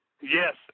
Yes